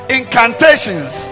incantations